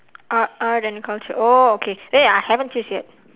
art art and culture oh okay wait I haven't choose yet